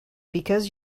because